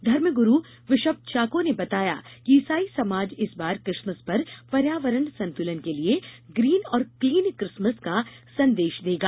धर्मग्रु bishop Chacko ने बताया कि ईसाई समाज इस बार क्रिसमस पर पर्यावरण संतुलन के लिए ग्रीन और क्लीन क्रिसमस का संदेश देगा